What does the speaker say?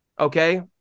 Okay